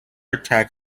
attack